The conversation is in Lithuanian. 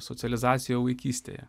socializacija vaikystėje